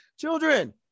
children